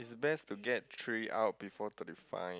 is best to get three out before thirty five